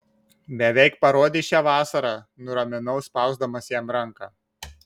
beveik parodei šią vasarą nuraminau spausdamas jam ranką